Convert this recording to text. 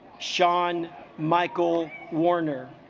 zhang michael warner